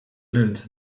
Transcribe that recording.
learnt